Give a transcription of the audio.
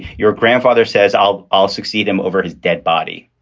your grandfather says i'll i'll succeed him over his dead body.